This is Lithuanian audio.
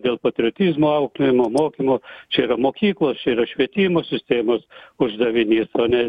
dėl patriotizmo auklėjimo mokymo čia yra mokyklos čia yra švietimo sistemos uždavinys o ne